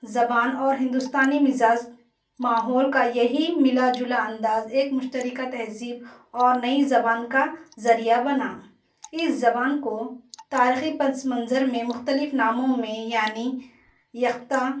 زبان اور ہندوستانی مزاج ماحول کا یہی ملا جلا انداز ایک مشترکہ تہذیب اور نئی زبان کا ذریعہ بنا اِس زبان کو تارخی پس منظر میں مختلف ناموں میں یعنی یکتا